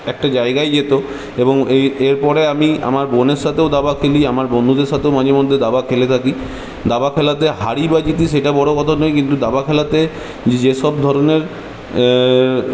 একটা জায়গায় যেত এবং এই এর পড়ে আমি আমার বোনের সাথেও দাবা খেলি আমার বন্ধুদের সাথেও মাঝে মধ্যে দাবা খেলে থাকি দাবা খেলাতে হারি বা জিতি সেটা বড়ো কথা নয় কিন্তু দাবা খেলাতে যেসব ধরনের